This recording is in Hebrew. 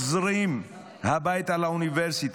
ושחוזרים הביתה לאוניברסיטה,